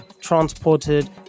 transported